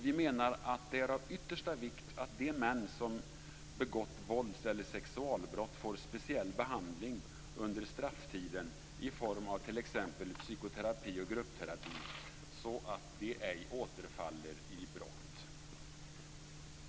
Vi menar att det är av yttersta vikt att de män som begått våldseller sexualbrott får speciell behandling under strafftiden, i form av t.ex. psykoterapi och gruppterapi, så att de ej återfaller i brott.